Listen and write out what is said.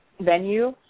venue